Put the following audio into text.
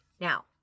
Now